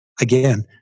Again